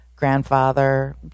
grandfather